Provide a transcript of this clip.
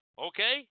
Okay